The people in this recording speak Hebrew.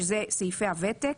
שזה סעיפי הוותק